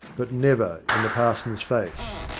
but never in the parson's face.